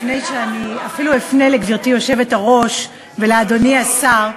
לפני שאני אפילו אפנה לגברתי היושבת-ראש ולאדוני השר,